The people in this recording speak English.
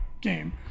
game